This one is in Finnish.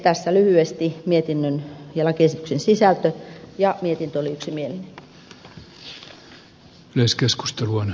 tässä lyhyesti mietinnön ja lakiesityksen sisältö ja mietintö oli yksimielinen